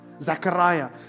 Zachariah